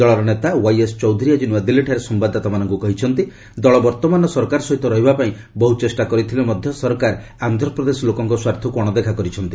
ଦଳର ନେତା ୱାଇଏସ୍ ଚୌଧୁରୀ ଆଜି ନ୍ନଆଦିଲ୍ଲୀଠାରେ ସମ୍ଭାଦଦାତାମାନଙ୍କୁ କହିଛନ୍ତି ଦଳ ବର୍ତ୍ତମାନର ସରକାର ସହିତ ରହିବାପାଇଁ ବହୁ ଚେଷ୍ଟା କରିଥିଲେ ମଧ୍ୟ ସରକାର ଆନ୍ଧ୍ରପ୍ରଦେଶ ଲୋକଙ୍କ ସ୍ୱାର୍ଥକୁ ଅଣଦେଖା କରିଛନ୍ତି